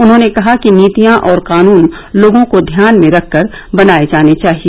उन्होंने कहा कि नीतियां और कानून लोगों को ध्यान में रखकर बनाए जाने चाहिए